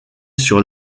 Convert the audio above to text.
sur